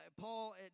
Paul